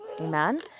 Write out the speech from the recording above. amen